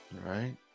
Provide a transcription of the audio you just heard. right